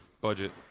Budget